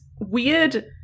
weird